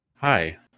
Hi